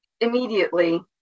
immediately